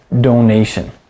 donation